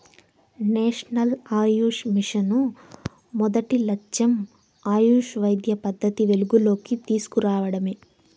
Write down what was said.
national AYUSH mission మొదటి లచ్చెం ఆయుష్ వైద్య పద్దతిని వెలుగులోనికి తీస్కు రావడమే